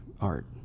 art